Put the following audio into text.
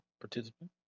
participant